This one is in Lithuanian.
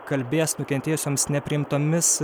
kalbėjęs nukentėjusioms nepriimtomis